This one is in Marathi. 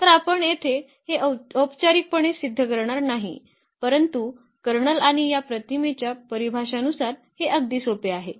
तर आपण येथे हे औपचारिकपणे सिद्ध करणार नाही परंतु कर्नल आणि या प्रतिमेच्या परिभाषानुसार हे अगदी सोपे आहे